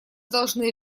должны